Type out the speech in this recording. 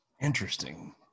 Interesting